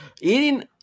Eating